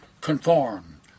conform